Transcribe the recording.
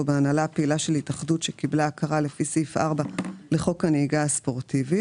הגעתי היום בבוקר עם הבנה שיש איזה שהן הסכמות ונקבל מידע,